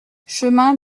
chemin